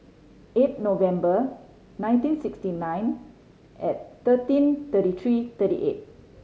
eight November nineteen sixty nine at thirteen thirty three thirty eight